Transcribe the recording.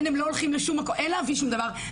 אין להביא שום דבר,